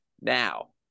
now